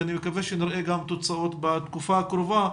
ואני מקווה שנראה גם תוצאות בתקופה הקרובה,